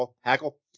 Hackle